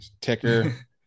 Ticker